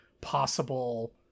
possible